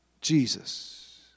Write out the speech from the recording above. Jesus